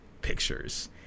pictures